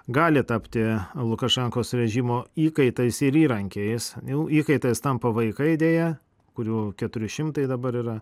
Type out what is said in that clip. gali tapti lukašenkos režimo įkaitais ir įrankiais jų įkaitais tampa vaikai deja kurių keturi šimtai dabar yra